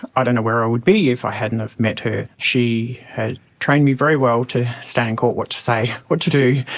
i don't know where i would be if i hadn't have met her. she trained me very well to stand in court, what to say, what to do.